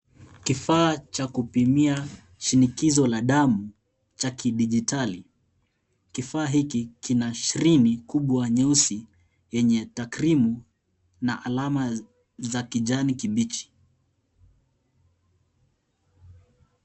Kifaa cha kupima shinikizo la damu cha kidijitali. Kifaa hiki kina skrini kubwa nyeusi yenye takrimu na alama za kijani kibichi.